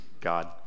God